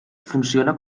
funciona